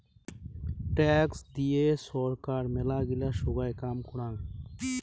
tax দিয়ে ছরকার মেলাগিলা সোগায় কাম করাং